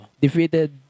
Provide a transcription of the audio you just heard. defeated